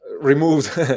removed